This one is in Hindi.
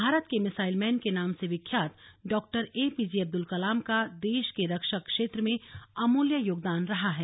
भारत के मिसाइल मैन के नाम से विख्यात डॉक्टर एपीजे अब्दुल कलाम का देश के रक्षा क्षेत्र में अमूल्य योगदान रहा है